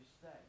stay